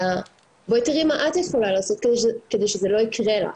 אלא בואי תראי מה את יכולה לעשות כדי שזה לא יקרה לך.